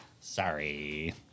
Sorry